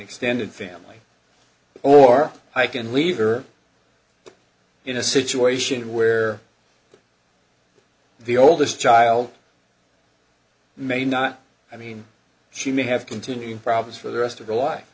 extended family or i can leave her in a situation where the oldest child may not i mean she may have continuing problems for the rest of their life